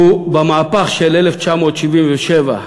ובמהפך של 1977,